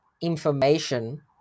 information